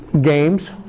games